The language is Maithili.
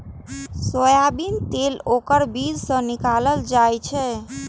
सोयाबीन तेल ओकर बीज सं निकालल जाइ छै